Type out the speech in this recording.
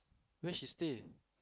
where she stay